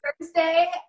Thursday